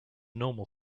normal